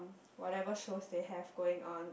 whatever shows they have going on